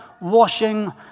washing